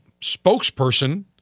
spokesperson